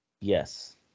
Yes